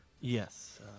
Yes